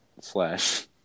slash